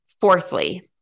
Fourthly